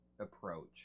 approach